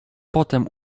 potem